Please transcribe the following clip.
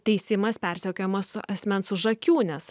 teisimas persekiojimas asmens už akių nes